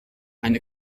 eine